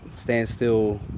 standstill